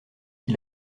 qui